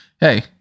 hey